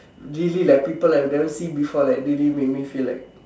really like people I have never seen before like really make me feel like